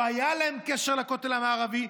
לא היה להם קשר לכותל המערבי,